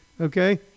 okay